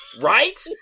Right